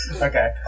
Okay